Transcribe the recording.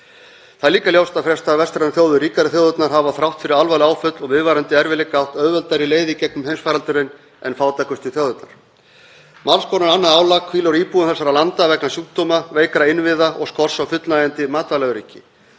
Það er líka ljóst að flestar vestrænar þjóðir, ríkari þjóðirnar, hafa þrátt fyrir alvarleg áföll og viðvarandi erfiðleika átt auðveldari leið í gegnum heimsfaraldurinn en fátækustu þjóðirnar. Margs konar annað álag hvílir á íbúum þessara landa vegna sjúkdóma, veikra innviða og skorts á fullnægjandi matvælaöryggi.